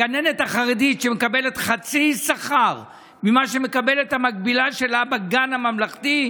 הגננת החרדית מקבלת חצי שכר ממה שמקבלת המקבילה שלה בגן הממלכתי,